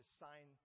sign